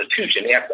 Constitution